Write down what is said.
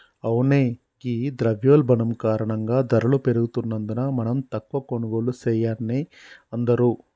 అవునే ఘీ ద్రవయోల్బణం కారణంగా ధరలు పెరుగుతున్నందున మనం తక్కువ కొనుగోళ్లు సెయాన్నే అందరూ